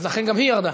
אז לכן גם היא ירדה.